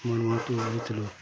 মন মাতিয়ে উঠেছিল